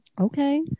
Okay